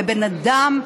בבן אדם,